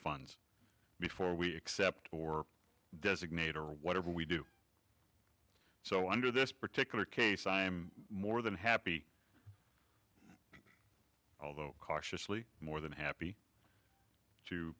funds before we accept or designate or whatever we do so under this particular case i'm more than happy although cautiously more than happy to